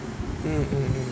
mm mm mm